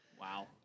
Wow